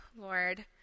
Lord